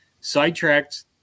Sidetracked